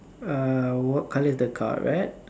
uh what colour is the car red